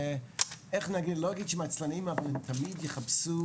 לא אומר שהן נצלנים אבל הם תמיד יחפשו